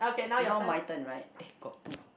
now my turn right eh got two